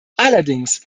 allerdings